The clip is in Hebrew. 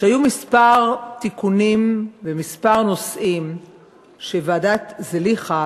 שהיו כמה נושאים שוועדת זליכה